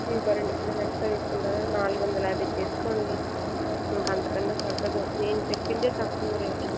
ఇంకో రెండు కిలోలు ఎక్స్ట్రా తీసుకుంటారా నాలుగు వందల యాభై చేసుకోండి ఇంకా అంతకన్నా తగ్గదు నేను చెప్పింది తక్కువ రేటు